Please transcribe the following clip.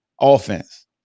offense